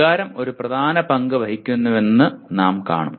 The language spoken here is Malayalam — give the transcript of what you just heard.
വികാരം ഒരു പ്രധാന പങ്ക് വഹിക്കുന്നുവെന്ന് നാം കാണും